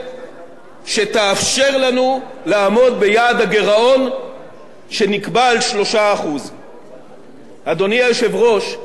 לנו לעמוד ביעד הגירעון שנקבע על 3%. אדוני היושב-ראש,